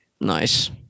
Nice